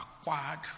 acquired